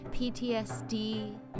PTSD